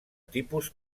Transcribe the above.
tipus